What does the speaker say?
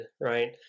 right